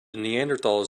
neanderthals